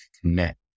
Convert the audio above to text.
connect